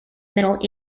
middle